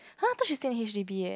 !huh! I thought she stay in H_D_B eh